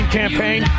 campaign